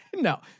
No